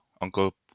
uncle